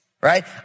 right